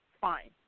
fine